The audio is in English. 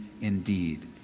indeed